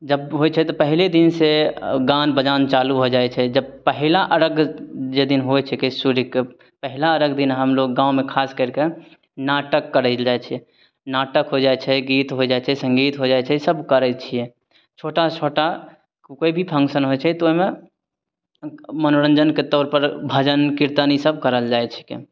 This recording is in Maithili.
जब होइ छै तऽ पहिले दिनसँ गान बजान चालू हो जाइ छै जब पहिला अर्घ जाहि दिन होइ छै की सूर्यके पहिला अर्घ दिन हमलोग गाँवमे खास करिके नाटक करय लए जाइ छियै नाटक हो जाइ छै गीत हो जाइ छै संगीत हो जाइ छै सब करय छियै छोटा सँ छोटा कोइ भी फंक्शन होइ छै तऽ ओइमे मनोरञ्जनके तौरपर भजन कीर्तन ईसब करल जाइ छीकै